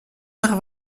nach